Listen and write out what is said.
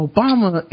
Obama